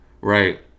Right